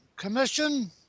commission